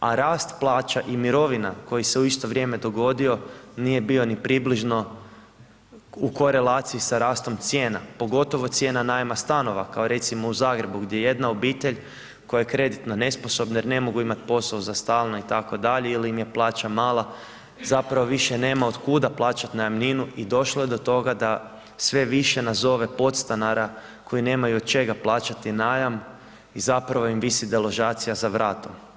a rast plaća i mirovina koji se u isto vrijeme dogodio nije bio ni približno u korelaciji sa rastom cijena, pogotovo cijena najma stanova, kao recimo u Zagrebu gdje jedna obitelj koja je kreditno nesposobna jer ne mogu imat posao za stalno itd. ili im je plaća mala, zapravo više nema otkuda plaćat najamninu i došlo je do toga da sve više nas zove podstanara koji nemaju od čega plaćati najam i zapravo im visi deložacija za vratom.